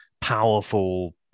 powerful